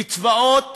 קצבאות